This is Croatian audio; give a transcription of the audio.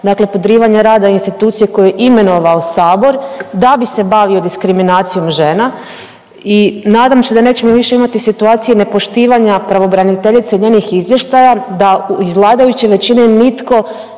Dakle, podrivanja rada institucije koju je imenovao Sabor da bi se bavio diskriminacijom žena. I nadam se da nećemo više imati situacije nepoštivanja pravobraniteljice od njenih izvještaja, da iz vladajuće većine nitko